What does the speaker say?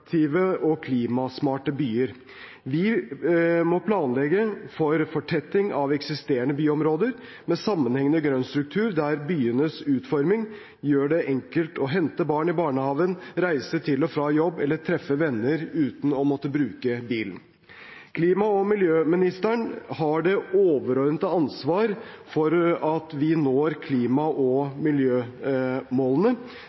fortetting av eksisterende byområder med sammenhengende grønn struktur der byenes utforming gjør det enkelt å hente barn i barnehagen, reise til og fra jobb eller treffe venner uten å måtte bruke bilen. Klima- og miljøministeren har det overordnede ansvar for at vi når klima-